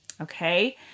Okay